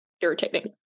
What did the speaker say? irritating